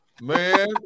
man